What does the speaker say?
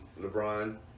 LeBron